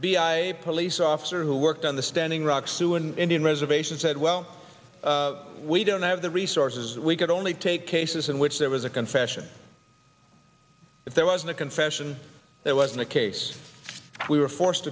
b i police officer who worked on the standing rock sioux and indian reservation said well we don't have the resources we could only take cases in which there was a confession but there wasn't a confession there wasn't a case we were forced